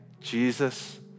Jesus